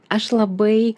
aš labai